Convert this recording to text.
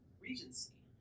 Regency